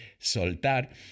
soltar